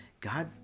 God